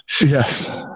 yes